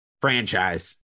franchise